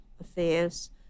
affairs